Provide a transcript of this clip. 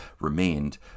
remained